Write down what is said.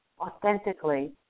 authentically